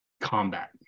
combat